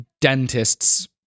dentists